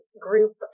group